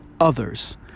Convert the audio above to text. others